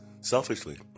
selfishly